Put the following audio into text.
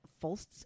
false